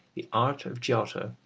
the art of giotto,